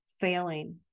failing